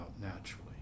naturally